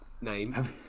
name